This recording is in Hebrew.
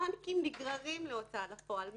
הבנקים נגררים להוצאה לפועל.